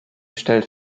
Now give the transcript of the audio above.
stellt